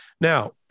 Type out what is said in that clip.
Now